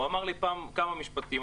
הוא אמר לי פעם כמה משפטים.